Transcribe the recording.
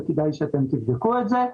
וכדאי שאתם תבדקו את זה,